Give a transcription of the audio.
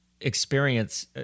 experience